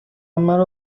مرا